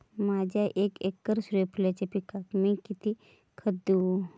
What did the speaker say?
माझ्या एक एकर सूर्यफुलाच्या पिकाक मी किती खत देवू?